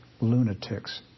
lunatics